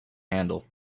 handle